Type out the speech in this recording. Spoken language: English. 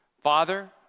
Father